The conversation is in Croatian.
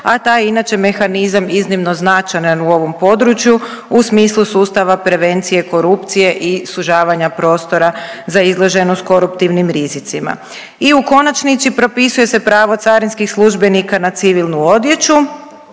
a taj je inače mehanizam iznimno značajan u ovom području u smislu sustava prevencije korupcije i sužavanja prostora za izloženost koruptivnim rizicima. I u konačnici propisuje se pravo carinskih službenika na civilnu odjeću.